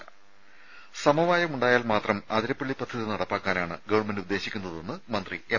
ത സമവായമുണ്ടായാൽ മാത്രം അതിരപ്പള്ളി പദ്ധതി നടപ്പാക്കാനാണ് ഗവൺമെന്റ് ഉദ്ദേശിക്കുന്നതെന്ന് മന്ത്രി എം